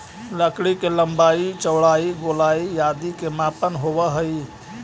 लकड़ी के लम्बाई, चौड़ाई, गोलाई आदि के मापन होवऽ हइ